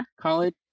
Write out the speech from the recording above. College